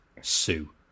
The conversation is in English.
Sue